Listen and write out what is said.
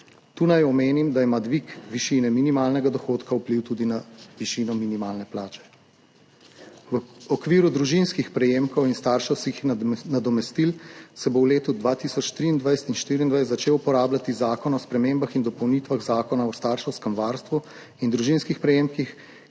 Tu naj omenim, da ima dvig višine minimalnega dohodka vpliv tudi na višino minimalne plače. V okviru družinskih prejemkov in starševskih nadomestil se bo v letih 2023 in 2024 začel uporabljati zakon o spremembah in dopolnitvah Zakona o starševskem varstvu in družinskih prejemkih,